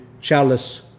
chalice